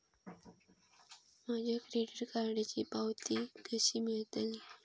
माझ्या क्रेडीट कार्डची पावती कशी मिळतली?